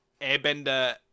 airbender